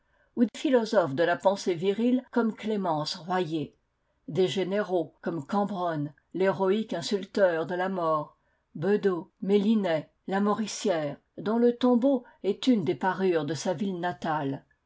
ou philosophes à la pensée virile comme clémence royer des généraux comme cambronne l'héroïque insulteur de la mort bedeau mellinet lamoricière dont le tombeau est une des parures de sa ville natale